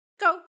go